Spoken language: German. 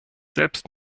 selbst